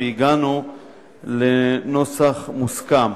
והגענו לנוסח מוסכם.